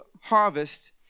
harvest